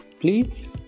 Please